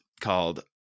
called